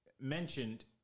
Mentioned